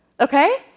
okay